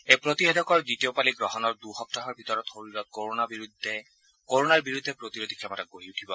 এই প্ৰতিষেধকৰ দ্বিতীয়পালি গ্ৰহণৰ দুসপ্তাহৰ ভিতৰত শৰীৰত কৰোনাৰ বিৰুদ্ধে প্ৰতিৰোধী ক্ষমতা গঢ়ি উঠে